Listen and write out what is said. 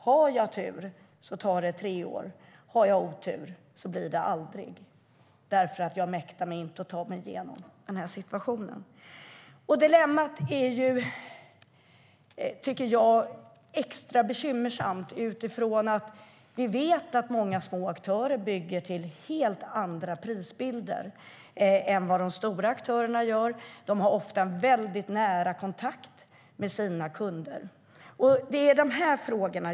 Har man tur tar det tre år, men har man otur blir det aldrig eftersom man inte mäktar ta sig igenom situationen. Detta blir extra bekymmersamt eftersom vi vet att många små aktörer bygger med en helt annan prisbild än de stora aktörerna. De har ofta mycket nära kontakt med sina kunder.